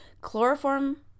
chloroform